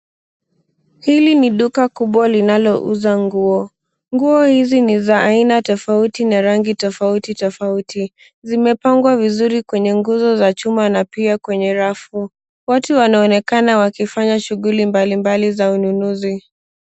Hili ni duka kubwa linalo uza nguo. Nguo hizi ni za aina tofauti na rangi tofauti tofauti. Zimepangwa vizuri kwenye nguzo za chuma na pia kwenye rafu. Watu wanaonekana wakifanya shughuli mbalimbali za ununuzi.